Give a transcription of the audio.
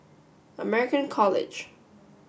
American College